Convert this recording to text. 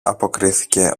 αποκρίθηκε